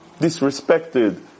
disrespected